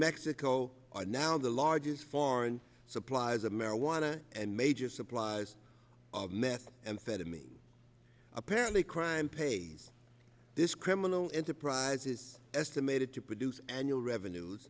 mexico are now the largest foreign suppliers a marijuana and major supplies of meth amphetamine apparently crime pays this criminal enterprise is estimated to produce annual revenues